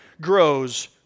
grows